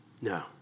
No